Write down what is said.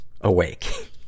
awake